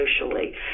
socially